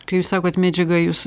kai jūs sakot medžiaga jūs